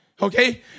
okay